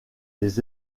des